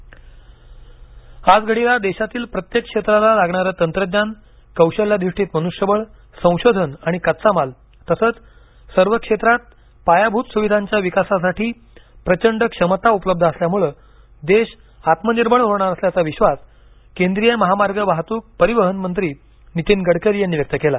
गडकरी आजघडीला देशातील प्रत्येक क्षेत्राला लागणारं तंत्रज्ञान कौशल्याधिष्ठित मनुष्यबळ संशोधन आणि कच्चा माल तसंच सर्व क्षेत्रात पायाभूत सुविधांच्या विकासासाठी प्रचंड क्षमता उपलब्ध असल्यामुळे देश आत्मनिर्भर होणार असल्याचा विश्वास केंद्रीय महामार्ग वाहतूक परिवहन मंत्री नितीन गडकरी यांनी व्यक्त केला